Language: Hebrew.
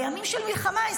בימים של מלחמה,